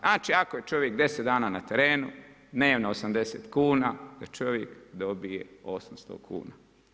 Znači, ako je čovjek 10 dana na terenu, dnevno 80 kuna da čovjek dobije 800 kuna.